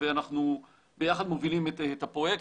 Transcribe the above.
ואנחנו ביחד מובילים את הפרויקט.